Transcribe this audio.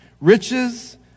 riches